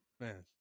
man